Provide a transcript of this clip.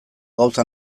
gauza